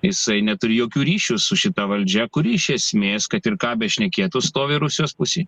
jisai neturi jokių ryšių su šita valdžia kuri iš esmės kad ir ką bešnekėtų stovi rusijos pusėj